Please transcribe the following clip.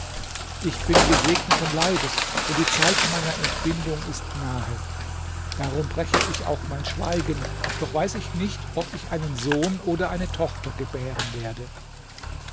ich bin gesegneten leibes und die zeit meiner entbindung ist nahe darum breche ich auch mein schweigen doch weiß ich nicht ob ich einen sohn oder eine tochter gebären werde